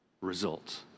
results